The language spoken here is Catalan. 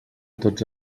tots